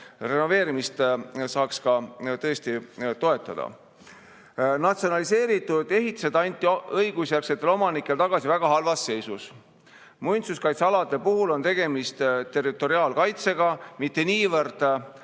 renoveerimist saaks ka tõesti toetada. Natsionaliseeritud ehitised anti õigusjärgsetele omanikele tagasi väga halvas seisus. Muinsuskaitsealade puhul on tegemist territoriaalkaitsega, mitte niivõrd